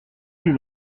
plus